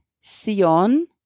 Sion